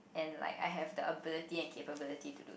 and like I have the ability and capability to do